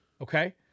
Okay